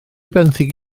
benthyg